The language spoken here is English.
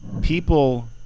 people